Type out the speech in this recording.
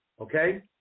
Okay